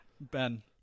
ben